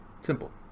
Simple